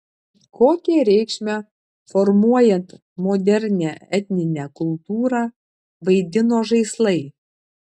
kokią reikšmę formuojant modernią etninę kultūrą vaidino žaislai